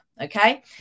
Okay